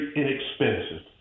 inexpensive